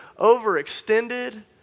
overextended